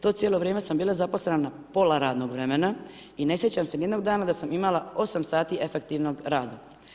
To cijelo vrijeme sam bila zaposlena na pola radnog vremena i ne sjećam se ni jednog dana da sam imala 8 sati efektivnog rada.